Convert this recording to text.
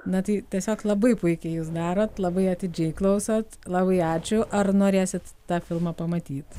na tai tiesiog labai puikiai jūs darot labai atidžiai klausot labai ačiū ar norėsit tą filmą pamatyt